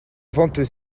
venteux